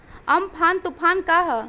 Amphan तुफान का ह?